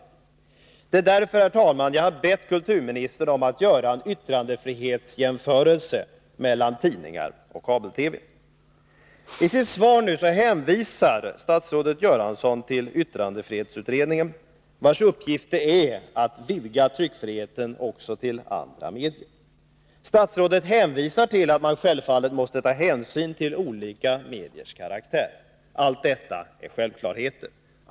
Därför, herr talman, har jag bett kulturministern att göra en yttrandefrihetsjämförelse mellan tidningar och kabel-TV. I sitt svar nu hänvisar statsrådet Göransson till yttrandefrihetsutredningen, vars uppgift det är att vidga tryckfriheten också till andra medier. Statsrådet hänvisar till att man härvid självfallet måste ta hänsyn till olika mediers karaktär. Detta är självklart.